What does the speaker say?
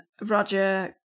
Roger